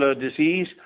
disease